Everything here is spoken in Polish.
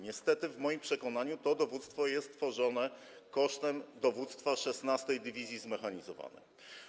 Niestety w moim przekonaniu to dowództwo jest tworzone kosztem dowództwa 16. dywizji zmechanizowanej.